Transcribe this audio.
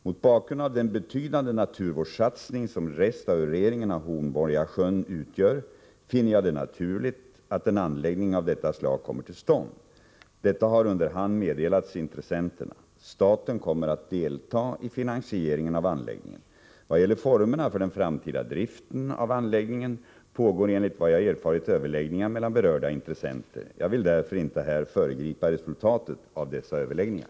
Mot bakgrund av den betydande naturvårdssatsning som restaurering en av Hornborgasjön utgör, finner jag det naturligt att en anläggning av detta slag kommer till stånd. Detta har under hand meddelats intressenterna. Staten kommer att delta i finansieringen av anläggningen. Vad gäller formerna för den framtida driften av anläggningen, pågår enligt vad jag erfarit överläggningar mellan berörda intressenter. Jag vill därför inte här föregripa resultatet av dessa överläggningar.